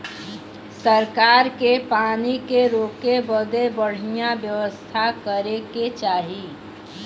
सरकार के पानी के रोके बदे बढ़िया व्यवस्था करे के चाही